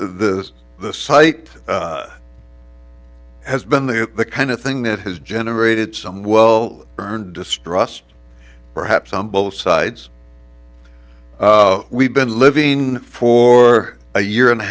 the the site has been the the kind of thing that has generated some well earned distrust perhaps on both sides we've been living in for a year and a